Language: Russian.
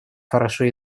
хорошо